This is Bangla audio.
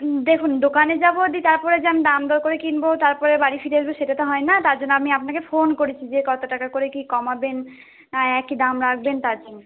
দেখুন দোকানে যাব দিয়ে তারপর চাল দাম দর করে কিনবো তারপরে বাড়ি ফিরে আসবো সেটা তো হয় না তার জন্য আমি আপনাকে ফোন করেছি যে কত টাকা করে কী কমাবেন না একই দাম রাখবেন তার জন্য